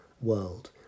world